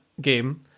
game